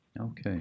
Okay